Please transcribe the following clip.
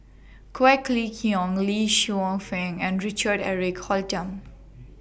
Quek Ling Kiong Li and Richard Eric Holttum